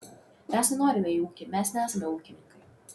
mes nenorime į ūkį mes nesame ūkininkai